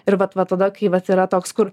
ir vat va tada kai vat yra toks kur